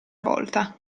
volta